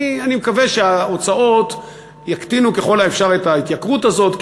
אני מקווה שההוצאות יקטינו ככל האפשר את ההתייקרות הזאת,